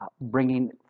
bringing